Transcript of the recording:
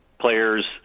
Players